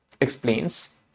explains